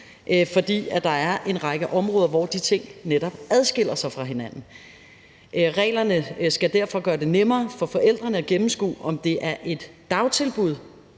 fordi der er en række områder, hvor de ting netop adskiller sig fra hinanden. Reglerne skal derfor gøre det nemmere for forældrene at gennemskue, om det er et dagtilbud,